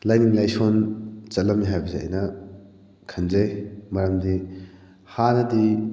ꯂꯥꯏꯅꯤꯡ ꯂꯥꯏꯁꯣꯟ ꯆꯠꯂꯝꯃꯤ ꯍꯥꯏꯕꯁꯦ ꯑꯩꯅ ꯈꯟꯖꯩ ꯃꯔꯝꯗꯤ ꯍꯥꯟꯅꯗꯤ